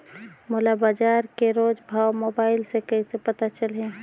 मोला बजार के रोज भाव मोबाइल मे कइसे पता चलही?